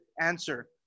answer